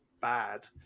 bad